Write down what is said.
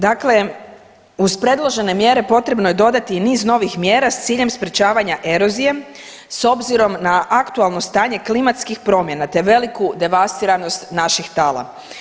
Dakle, uz predložene mjere potrebno je dodati i niz novih mjera s ciljem sprječavanja erozije s obzirom na aktualno stanje klimatskih promjena te veliku devastiranost naših tala.